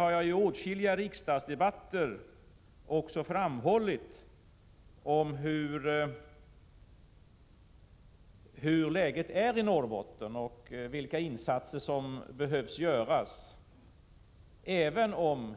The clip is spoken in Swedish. I åtskilliga riksdagsdebatter har jag också pekat på läget i Norrbotten och på vilka insatser som behövs där — även om